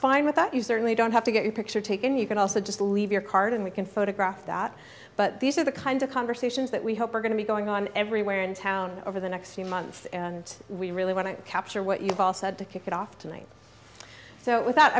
fine with that you certainly don't have to get your picture taken you can also just leave your card and we can photograph that but these are the kind of conversations that we hope are going to be going on everywhere in town over the next few months and we really want to capture what you've all said to kick it off tonight so wit